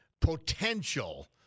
potential